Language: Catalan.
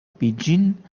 pidgin